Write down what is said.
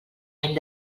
any